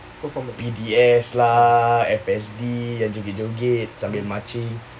P_D_S lah F_S_D yang joget-joget sambil marching